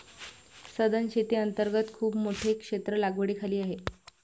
सधन शेती अंतर्गत खूप मोठे क्षेत्र लागवडीखाली आहे